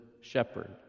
shepherd